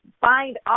find